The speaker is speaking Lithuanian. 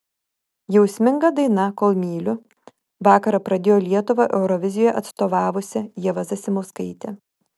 jausminga daina kol myliu vakarą pradėjo lietuvą eurovizijoje atstovavusi ieva zasimauskaitė